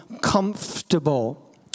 comfortable